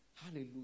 Hallelujah